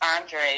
Andre